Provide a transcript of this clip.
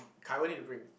Kai-Wen need to bring